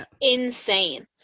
insane